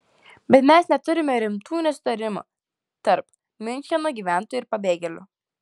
bet mes neturime rimtų nesutarimų tarp miuncheno gyventojų ir pabėgėlių